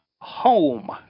home